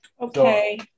Okay